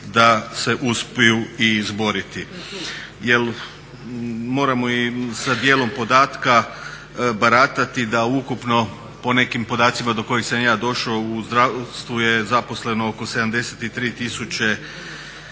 da se uspiju i izboriti. Jer moramo i sa dijelom podatka baratati da ukupno po nekim podacima do kojih sam ja došao u zdravstvu je zaposleno oko 73 tisuće